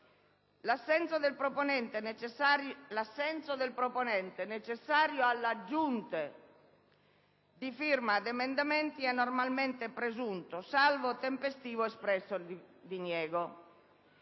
"L'assenso del proponente, necessario alle aggiunte di firma di emendamenti, è normalmente presunto, salvo tempestivo, espresso diniego.